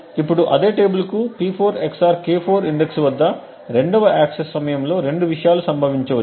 ఇప్పుడు అదే టేబుల్ కు P4 XOR K4 ఇండెక్స్ వద్ద 2 వ యాక్సెస్ సమయంలో రెండు విషయాలు సంభవించవచ్చు